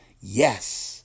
Yes